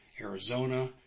Arizona